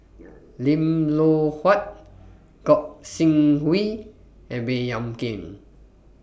Lim Loh Huat Gog Sing Hooi and Baey Yam Keng